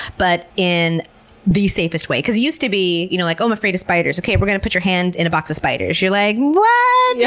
but in the safest way. because it used to be you know like, oh, i'm afraid of spiders. okay, we're going to put your hand in a box to spiders. you're like, whaaaat! yeah